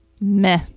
meh